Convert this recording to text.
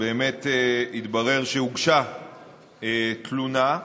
באמת התברר שהוגשה תלונה.